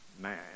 man